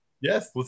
yes